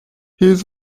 his